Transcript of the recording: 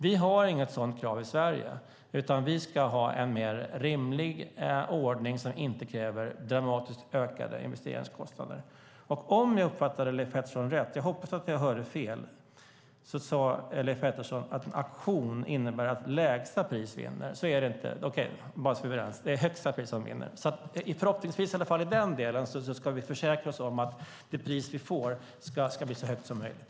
Vi har inget sådant krav i Sverige, utan vi ska ha en mer rimlig ordning som inte kräver dramatiskt ökade investeringskostnader. Om jag uppfattade Leif Pettersson rätt - jag hoppas att jag hörde fel - sade han att en auktion innebär att lägsta pris vinner. Så är det inte. Bara så att vi är överens; det är högsta pris som vinner. Förhoppningsvis kan vi i alla fall i den delen försäkra oss om att det pris vi får ska bli så högt som möjligt.